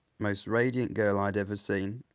most radiant girl i'd ever seen,